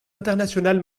international